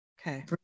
Okay